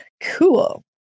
Cool